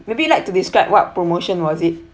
maybe you'd like to describe what promotion was it